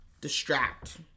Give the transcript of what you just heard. distract